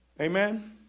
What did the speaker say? Amen